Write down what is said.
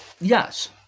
Yes